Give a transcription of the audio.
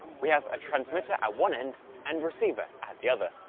we have a transmitter at one end and receiver at the other.